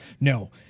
no